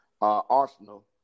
arsenal